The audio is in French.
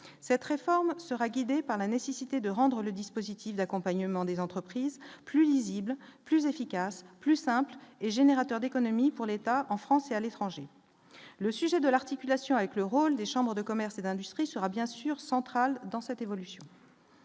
cette réforme sera guidé par la nécessité de rendre le dispositif d'accompagnement des entreprises plus lisible, plus efficace, plus simple et générateur d'économies pour l'État en France et à l'étranger, le sujet de l'articulation avec le rôle des chambres de commerce et d'industrie sera bien sûr central dans cette évolution.